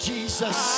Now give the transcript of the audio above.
Jesus